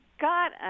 got